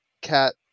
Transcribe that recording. cat